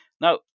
Now